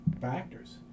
factors